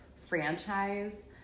franchise